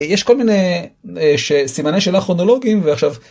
יש כל מיני סימני של כרונולוגיים ועכשיו.